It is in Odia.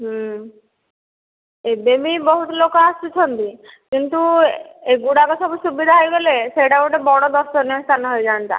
ଏବେ ବି ବହୁତ ଲୋକ ଆସୁଛନ୍ତି କିନ୍ତୁ ଏଗୁଡ଼ାକ ସବୁ ସୁବିଧା ହୋଇଗଲେ ସେଇଟା ଗୋଟିଏ ବଡ଼ ଦର୍ଶନୀୟ ସ୍ଥାନ ହୋଇଯାଆନ୍ତା